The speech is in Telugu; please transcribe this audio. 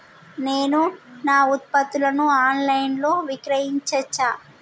నేను నా ఉత్పత్తులను ఆన్ లైన్ లో విక్రయించచ్చా?